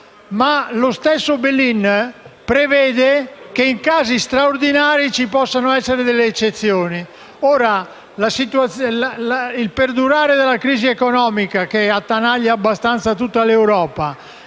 Ma lo stesso *bail in* prevede che, in casi straordinari, ci possano essere delle eccezioni. Ora, il perdurare della crisi economica che attanaglia tutta l'Europa